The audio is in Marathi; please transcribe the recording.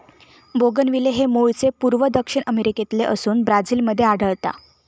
बोगनविले हे मूळचे पूर्व दक्षिण अमेरिकेतले असोन ब्राझील मध्ये आढळता